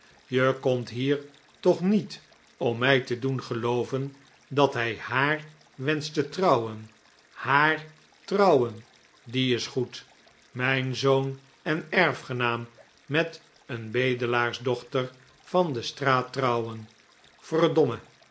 je komt hier toch niet om mij te doen gelooven dat hij haar wenscht te trouwen haar trouwen die is goed mijn zoon en erfgenaam met een bedelaarsdochter van de straat trouwen